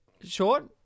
Short